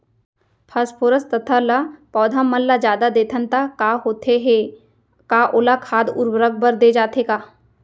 Phosphorus तथा ल पौधा मन ल जादा देथन त का होथे हे, का ओला खाद उर्वरक बर दे जाथे का?